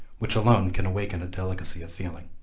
which alone can awaken a delicacy of feeling.